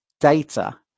data